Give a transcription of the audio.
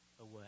away